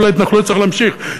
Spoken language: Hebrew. אבל ההתנחלויות צריך להמשיך,